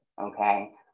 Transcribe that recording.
okay